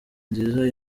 nziza